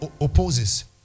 opposes